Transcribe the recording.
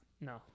No